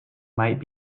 might